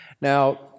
Now